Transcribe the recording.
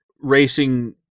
racing